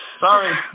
Sorry